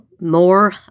more